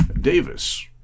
Davis